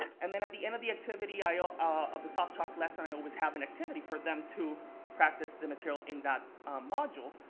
and then at the end of the activity, ah ah of the softalk lesson, i always have an activity for them to practice the material in that module.